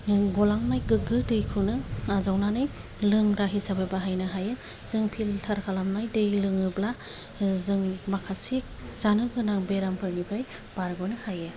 गलांनाय गोगो दैखौनो आजावनानै लोंग्रा हिसाबै बाहायनो हायो जों फिल्टार खालामनाय दै लोङोब्ला जोंनि माखासे जानो गोनां बेरामनिफ्राय बारग'नो हायो